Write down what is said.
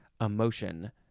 emotion